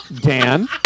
Dan